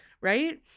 Right